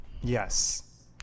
Yes